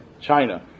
China